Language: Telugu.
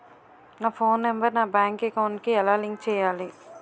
నా ఫోన్ నంబర్ నా బ్యాంక్ అకౌంట్ కి ఎలా లింక్ చేయాలి?